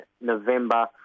November